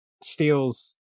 steals